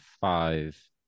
five